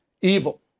Evil